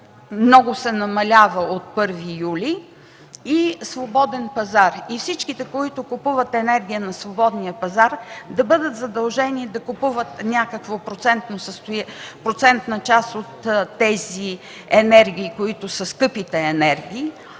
много се намалява от 1 юли, и на свободен пазар. Всички, които купуват енергията на свободния пазар, да бъдат задължени да купуват някаква процентна част от тези скъпи енергии,